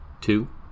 two